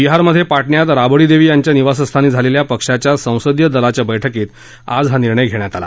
बिहारमध्ये पाटण्यात राबडी देवी यांच्या निवासस्थानी झालेल्या पक्षाच्या संसदीय दलाच्या बैठकीत आज हा निर्णय घेण्यात आला